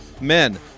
Men